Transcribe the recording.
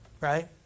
right